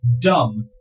dumb